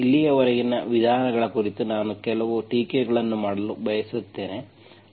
ಹಾಗಾಗಿ ಇಲ್ಲಿಯವರೆಗಿನ ವಿಧಾನಗಳ ಕುರಿತು ನಾನು ಕೆಲವು ಟೀಕೆಗಳನ್ನು ಮಾಡಲು ಬಯಸುತ್ತೇನೆ